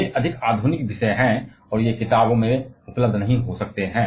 ये अधिक आधुनिक विषय हैं और ये किताबों में उपलब्ध नहीं हो सकते हैं